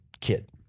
kid